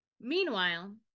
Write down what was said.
Meanwhile